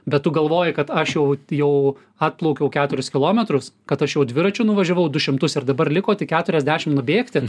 bet tu galvoji kad aš jau jau atplaukiau keturis kilometrus kad aš jau dviračiu nuvažiavau du šimtus ir dabar liko tik keturiasdešim nubėgti